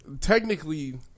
technically